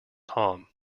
tom